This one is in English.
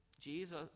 Jesus